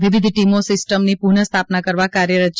વિવિધ ટીમો સિસ્ટમની પુનઃ સ્થાપના કરવા કાર્યરત છે